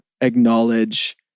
acknowledge